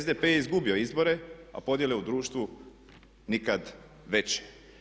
SDP je izgubio izbore, a podjele u društvu nikad veće.